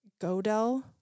Godel